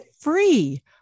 Free